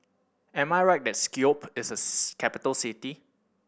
am I right that Skopje is a capital city